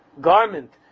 garment